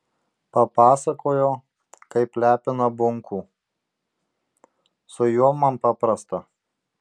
papasakojo kaip lepina bunkų su juo man paprasta